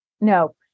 no